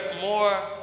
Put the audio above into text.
more